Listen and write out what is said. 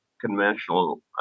conventional